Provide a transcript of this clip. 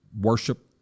worship